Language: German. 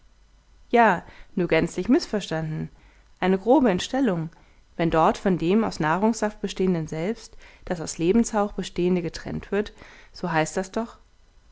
ja nur gänzlich mißverstanden eine grobe entstellung wenn dort von dem aus nahrungssaft bestehenden selbst das aus lebenshauch bestehende getrennt wird so heißt das doch